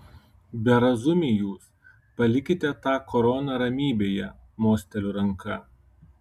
berazumiai jūs palikite tą koroną ramybėje mosteliu ranka